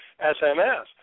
sms